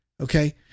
Okay